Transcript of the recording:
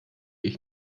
ich